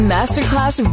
Masterclass